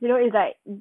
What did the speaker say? you know it's like